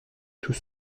tout